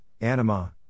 Anima